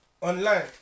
Online